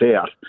out